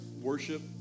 worship